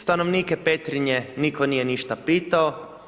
Stanovnike Petrinje niko nije ništa pitao.